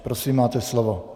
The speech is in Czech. Prosím, máte slovo.